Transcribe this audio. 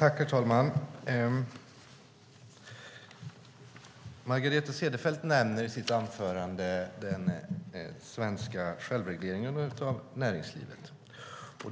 Herr talman! Margareta Cederfelt nämner i sitt anförande den svenska självregleringen av näringslivet.